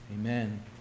Amen